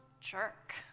jerk